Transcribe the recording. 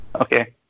Okay